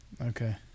Okay